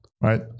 right